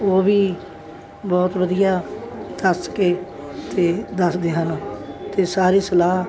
ਉਹ ਵੀ ਬਹੁਤ ਵਧੀਆ ਖੱਸ ਕੇ ਅਤੇ ਦੱਸਦੇ ਹਨ ਅਤੇ ਸਾਰੇ ਸਲਾਹ